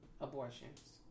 abortions